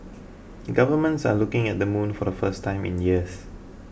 governments are looking at the moon for the first time in years